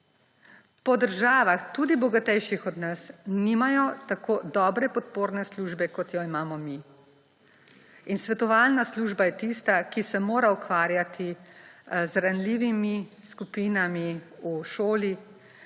Po državah, tudi bogatejših od nas, nimajo tako dobre podporne službe, kot jo imamo mi. In svetovalna služba je tista, ki se mora ukvarjati z ranljivimi skupinami v šoli,